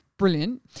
Brilliant